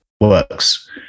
works